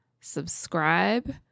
subscribe